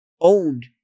owned